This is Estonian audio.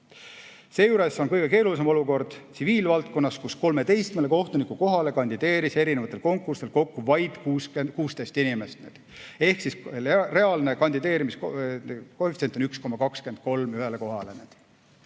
Seejuures on kõige keerulisem olukord tsiviilvaldkonnas, kus 13 kohtunikukohale kandideeris erinevatel konkurssidel kokku vaid 16 inimest. Ehk reaalne kandideerimiskoefitsient on 1,23 ühele kohale.